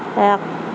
এক